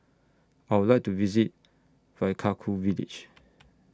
I Would like to visit Vaiaku Village